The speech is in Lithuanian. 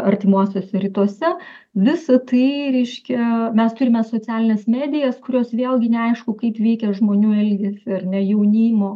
artimuosiuose rytuose visa tai reiškia mes turime socialines medijas kurios vėlgi neaišku kaip veikia žmonių elgesį ar ne jaunimo